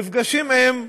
מפגשים עם בכירים,